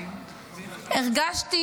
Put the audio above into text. הרגשתי